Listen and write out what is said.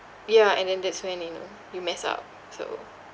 ya and then that's when you know mess up so